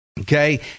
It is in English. Okay